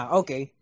okay